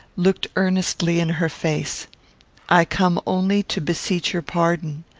looked earnestly in her face i come only to beseech your pardon.